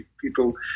people